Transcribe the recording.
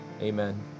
Amen